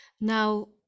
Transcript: Now